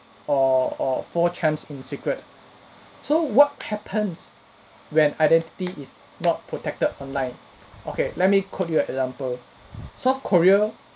or or four chans in secret so what happens when identity is not protected online okay let me quote you an example south korea